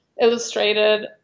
illustrated